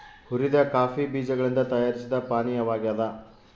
ಹುರಿದ ಕಾಫಿ ಬೀಜಗಳಿಂದ ತಯಾರಿಸಿದ ಪಾನೀಯವಾಗ್ಯದ